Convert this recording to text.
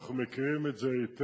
אנחנו מכירים את זה היטב.